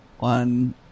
One